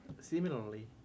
similarly